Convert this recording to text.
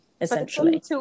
essentially